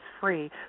free